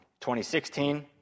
2016